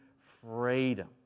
freedom